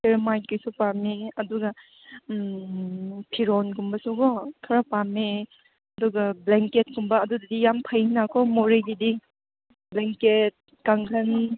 ꯁꯦꯔꯥꯃꯥꯏꯠꯀꯤꯁꯨ ꯄꯥꯝꯃꯦ ꯑꯗꯨꯒ ꯐꯤꯔꯣꯟꯒꯨꯝꯕꯁꯨꯀꯣ ꯈꯔ ꯄꯥꯝꯃꯦ ꯑꯗꯨꯒ ꯕ꯭ꯂꯦꯡꯀꯦꯠ ꯀꯨꯝꯕ ꯑꯗꯨꯗꯨꯗꯤ ꯌꯥꯝ ꯐꯩꯅꯀꯣ ꯃꯣꯔꯦꯒꯤꯗꯤ ꯕ꯭ꯂꯦꯡꯀꯦꯠ ꯀꯥꯡꯈꯟ